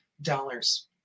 dollars